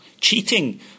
Cheating